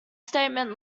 statement